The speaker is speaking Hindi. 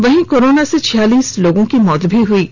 वहीं कोरोना से छियालीस लोगों को मौत भी हुई है